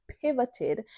pivoted